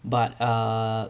but err